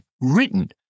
written